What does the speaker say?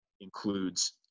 includes